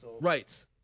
Right